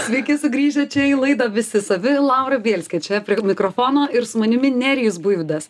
sveiki sugrįžę čia į laidą visi savi laura bielskė čia prie mikrofono ir su manimi nerijus buivydas